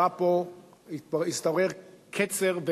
השתרר קצר,